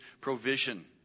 provision